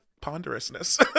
ponderousness